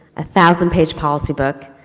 a thousand page policy book.